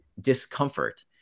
discomfort